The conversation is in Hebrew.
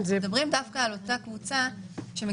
אנחנו דווקא מדברים על אותה קבוצה שמגיעה